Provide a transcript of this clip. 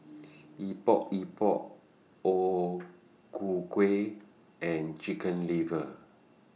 Epok Epok O Ku Kueh and Chicken Liver